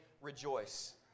rejoice